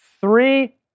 Three